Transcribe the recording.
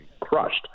crushed